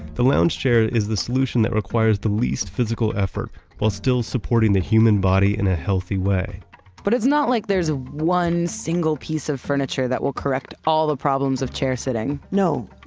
the lounge chair is the solution that requires the least physical effort while still supporting the human body in a healthy way but it's not like there's ah one single piece of furniture that will correct all the problems of chair sitting no.